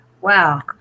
Wow